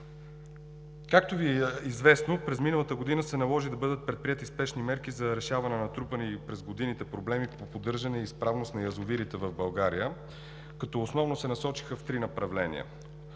Както Ви е известно, през миналата година се наложи да бъдат предприети спешни мерки за решаване на натрупани през годините проблеми по поддържане и изправност на язовирите в България, като основно се насочиха в три направления.